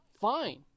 Fine